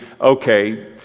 okay